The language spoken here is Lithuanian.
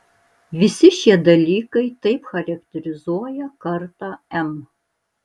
visi šie dalykai taip charakterizuoja kartą m